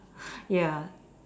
ya